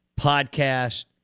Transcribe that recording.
podcast